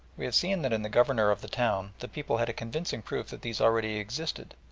we have seen that in the governor of the town the people had a convincing proof that these already existed,